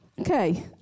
Okay